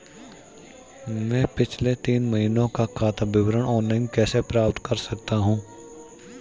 मैं पिछले तीन महीनों का खाता विवरण ऑनलाइन कैसे प्राप्त कर सकता हूं?